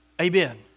Amen